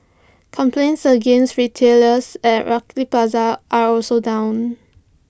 complaints against retailers at Lucky Plaza are also down